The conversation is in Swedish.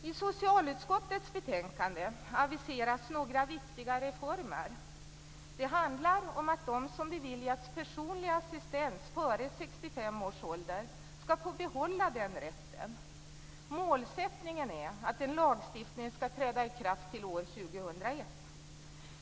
I socialutskottets betänkande aviseras några viktiga reformer. Det handlar om att de som beviljats personlig assistans före 65 års ålder ska få behålla den rätten. Målsättningen är att en lagstiftning ska träda i kraft till år 2001.